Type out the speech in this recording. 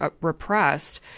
repressed